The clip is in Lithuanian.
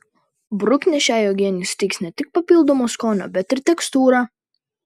bruknės šiai uogienei suteiks ne tik papildomo skonio bet ir tekstūrą